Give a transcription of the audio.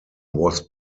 was